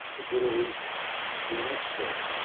there's little reason to be an exporter.